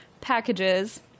packages